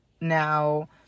now